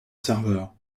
serveur